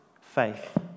faith